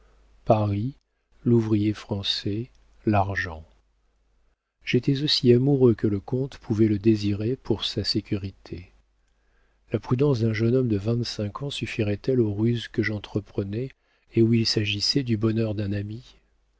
paris l'ouvrier français l'argent j'étais aussi amoureux que le comte pouvait le désirer pour sa sécurité la prudence d'un jeune homme de vingt-cinq ans suffirait elle aux ruses que j'entreprenais et où il s'agissait du bonheur d'un ami